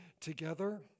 together